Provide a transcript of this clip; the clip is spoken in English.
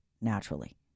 naturally